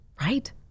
right